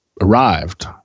arrived